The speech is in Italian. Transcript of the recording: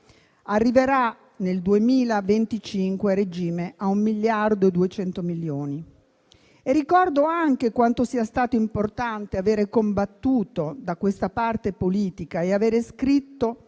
arriverà nel 2025 a regime a un 1,2 miliardi. Ricordo anche quanto sia stato importante avere combattuto da questa parte politica e avere scritto